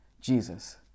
Jesus